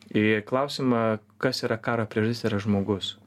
į klausimą kas yra karo priežastis yra žmogus